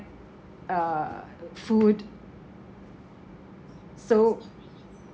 uh food so